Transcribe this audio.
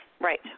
right